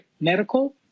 medical